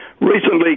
Recently